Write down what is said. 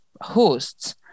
hosts